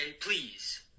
please